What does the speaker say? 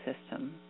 system